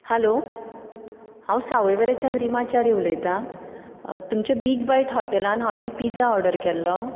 hello हांव सावयवेरेंच्यान रिमा च्यारी उलयतां तुमच्या बीग बायट हॉटेलान हांवें पिजा ऑर्डर केल्लो